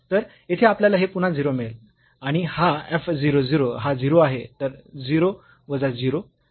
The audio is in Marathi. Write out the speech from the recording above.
तर येथे आपल्याला हे पुन्हा 0 मिळेल आणि हा f 0 0 हा 0 आहे तर 0 वजा 0